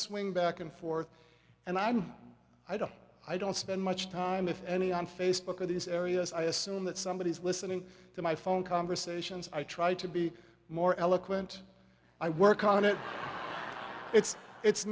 swing back and forth and i'm i don't i don't spend much time if any on facebook or these areas i assume that somebody is listening to my phone conversations i try to be more eloquent i work on it it's it's